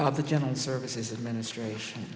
of the general services administration